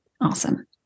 Awesome